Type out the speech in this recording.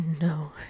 No